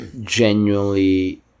genuinely